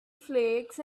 flakes